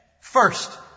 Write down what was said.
First